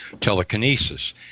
telekinesis